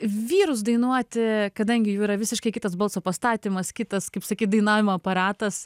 vyrus dainuoti kadangi jų yra visiškai kitas balso pastatymas kitas kaip sakiau dainavimo aparatas